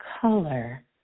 color